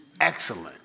excellent